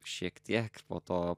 šiek tiek po to